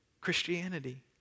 Christianity